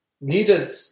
needed